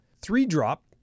Three-drop